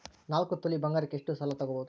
ನಾಲ್ಕು ತೊಲಿ ಬಂಗಾರಕ್ಕೆ ಎಷ್ಟು ಸಾಲ ತಗಬೋದು?